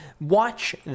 watch